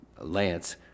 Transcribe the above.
Lance